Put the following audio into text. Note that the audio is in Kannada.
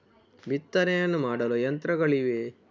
ಬಿತ್ತನೆಯನ್ನು ಮಾಡಲು ಯಂತ್ರಗಳಿವೆಯೇ?